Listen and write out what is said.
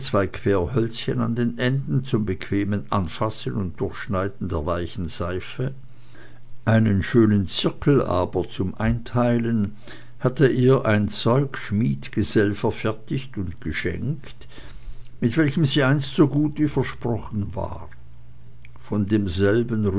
querhölzchen an den enden zum bequemen anfassen und durchschneiden der weichen seife einen schönen zirkel aber zum einteilen hatte ihr ein zeugschmiedgesell verfertigt und geschenkt mit welchem sie einst so gut wie versprochen war von demselben